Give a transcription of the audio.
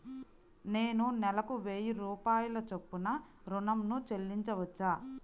నేను నెలకు వెయ్యి రూపాయల చొప్పున ఋణం ను చెల్లించవచ్చా?